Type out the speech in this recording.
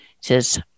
says